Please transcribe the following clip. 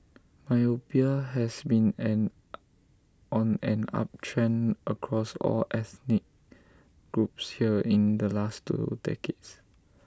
myopia has been an on an uptrend across all ethnic groups here in the last two decades